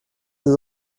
das